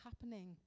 happening